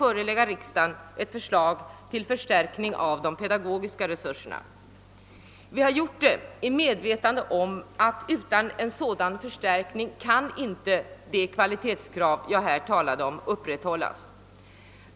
förelägga riksdagen ett förslag om förstärkning av de pedagogiska resurserna, och vi har gjort detta i medvetande om att de kvalitetskrav som här talas om inte kan upprätthållas utan en:.sådan förstärkning.